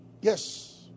Yes